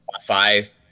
five